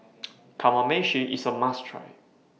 Kamameshi IS A must Try